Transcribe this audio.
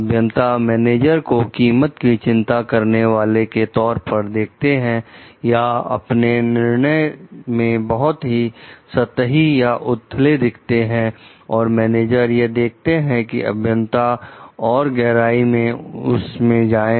अभियंता मैनेजर को कीमत की चिंता करने वाले के तौर पर देखते हैं या अपने निर्णय में बहुत ही सतही या उतले दिखते हैं और मैनेजर यह देखते हैं कि अभियंता और गहराई से उसमें जाएं